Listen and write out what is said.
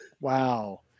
Wow